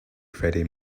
freddie